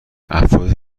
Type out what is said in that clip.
افرادی